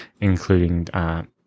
including